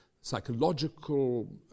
psychological